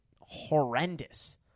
horrendous